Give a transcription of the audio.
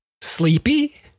Sleepy